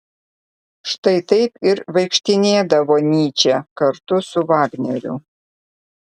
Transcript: štai taip ir vaikštinėdavo nyčė kartu su vagneriu